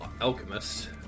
Alchemist